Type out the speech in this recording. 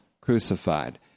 crucified